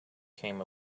came